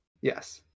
Yes